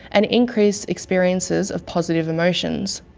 and increase experiences of positive emotions.